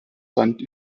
fand